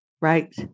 right